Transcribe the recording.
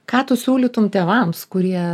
ką tu siūlytum tėvams kurie